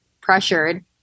pressured